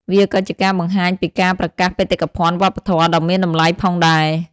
វាក៏ជាការបង្ហាញពីការប្រកាសបេតិកភណ្ឌវប្បធម៌ដ៏មានតម្លៃផងដែរ។